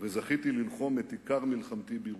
וזכיתי ללחום את עיקר מלחמתי בירושלים."